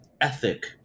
ethic